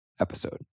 episode